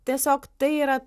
tiesiog tai yra